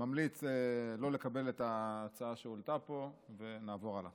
ממליץ לא לקבל את ההצעה שהועלתה פה, ונעבור הלאה.